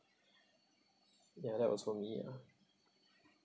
ya that was for me ah